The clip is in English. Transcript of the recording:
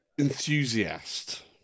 Enthusiast